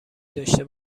داشته